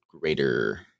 greater